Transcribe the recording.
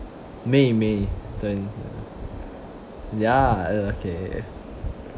may may ten ya ya it's okay